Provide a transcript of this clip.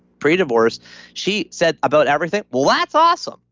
pre-divorce she said about everything, well, that's awesome.